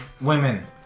women